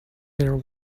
there